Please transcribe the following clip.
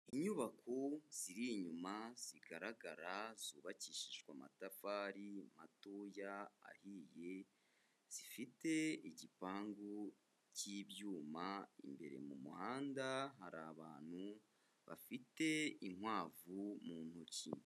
Inyubako ziri inyuma zigaragara zubakishijwe amatafari matoya ahiye zifite igipangu cy'ibyuma, imbere mu muhanda hari abantu bafite inkwavu mu ntoki.